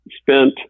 spent